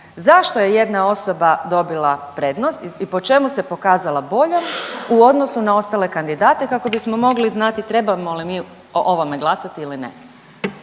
zašto je jedna osoba dobila prednost i po čemu se pokazala boljom u odnosu na ostale kandidate kako bismo mogli znati trebamo li mi o ovome glasati ili ne.